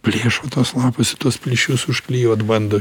plėšo tuos lapus į tuos plyšius užklijuot bando